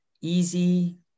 easy